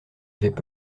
avaient